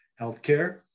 healthcare